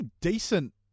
decent